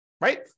right